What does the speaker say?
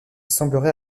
semblerait